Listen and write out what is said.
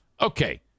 Okay